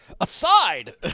Aside